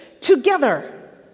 together